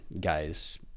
guys